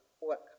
work